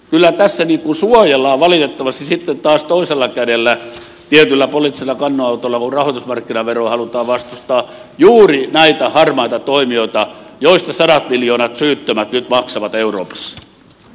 kyllä tässä suojellaan valitettavasti sitten taas toisella kädellä tietyillä poliittisilla kannanotoilla kun rahoitusmarkkinaveroa halutaan vastustaa juuri näitä harmaita toimijoita joista sadat miljoonat syyttömät nyt maksavat euroopassa